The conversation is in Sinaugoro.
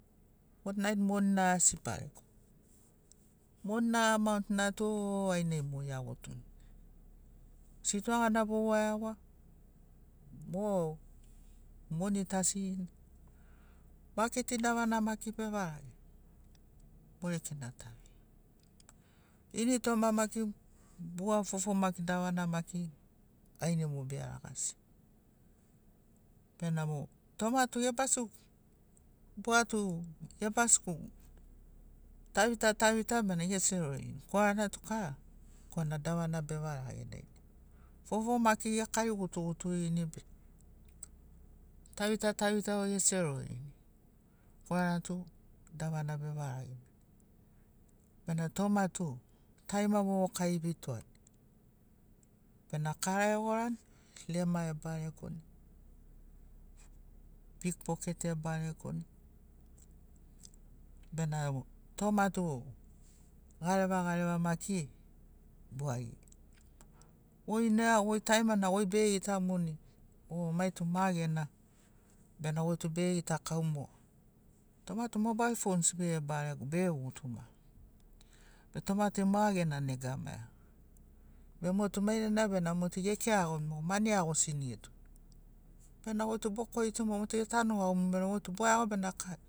Fotnait monina asi barego monina amaont na to mo aina eavotuni sitoa gana bowai eagoa mo moni tu asigina maketi davana maki be varage mo rekena tavi ini toma maki bua fofo davana maki ainai mo bea ragasi benamo toma tu gebasi bua tu gebasi tavita tavita bena eserorini korana tu kara korana davana bevarage dainai fofo maki ekari gutuguturini be tavita tavita vau eserorini korana tu davana bevarage bene bena toma tu tarima vovoka evitoani bena kara egorani lema ebaregoni pikpoket ebaregoni bena toma tu gareva gareva maki gwagigi goi noeago goi tarimana goi be gitamuni o maitu ma gena bena goi tu be gitakaumu moga toma tu mobail fons be barego be gutuma be toma tu moga gena nega maea be motu mainana bena motu ekeagoni mani eagosini etoni bena goi tu bokori tu moga motu etanu gaumuni bena goi tu boeago bena kai